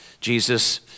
Jesus